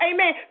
Amen